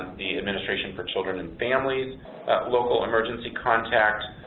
the administration for children and families local emergency contact,